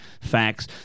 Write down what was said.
facts